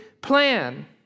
plan